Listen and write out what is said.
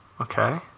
Okay